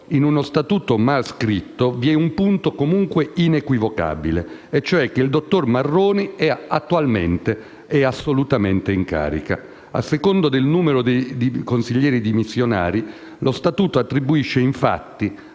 in uno statuto malscritto vi è un punto comunque inequivocabile, e cioè che il dottor Marroni è al momento assolutamente in carica. A seconda del numero di consiglieri dimissionari lo statuto attribuisce infatti